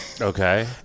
okay